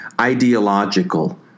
ideological